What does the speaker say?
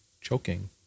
choking